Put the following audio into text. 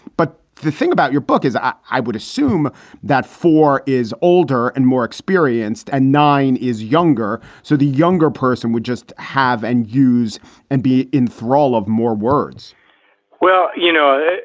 but the thing about your book is i i would assume that four is older and more experienced and nine is younger. so the younger person would just have and use and be in thrall of more words well, you know,